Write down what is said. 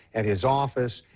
and his office,